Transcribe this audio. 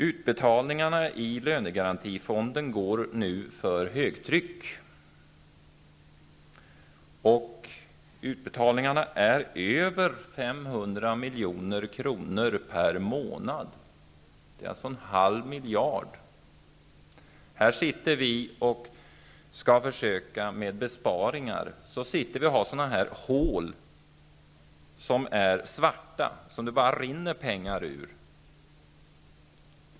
Utbetalningarna från lönegarantifonden går nu för högtryck, och de är över 500 milj.kr. per månad, dvs. en halv miljard. Här sitter vi och skall försöka göra besparingar, och så har vi sådana här hål, som är svarta, som det bara rinner pengar ur.